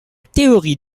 théorie